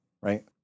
right